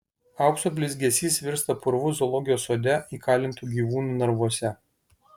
aukso blizgesys virsta purvu zoologijos sode įkalintų gyvūnų narvuose